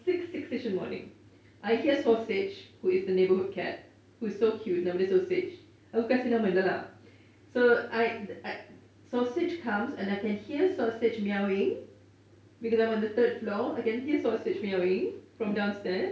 six six-ish in the morning I hear sausage who is the neighbourhood cat who is so cute nama dia sausage aku kasih nama jer lah so I I sausage comes and I can hear sausage meowing because I'm on the third floor I can hear sausage meowing from the downstairs